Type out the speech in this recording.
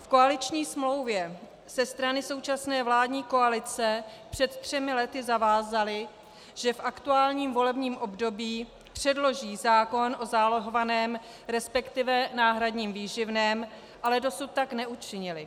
V koaliční smlouvě se strany současné vládní koalice před třemi lety zavázaly, že v aktuálním volebním období předloží zákon o zálohovaném, resp. náhradním výživném, ale dosud tak neučinily.